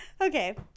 Okay